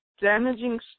damaging